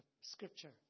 scripture